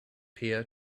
peer